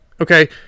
Okay